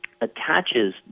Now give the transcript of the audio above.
attaches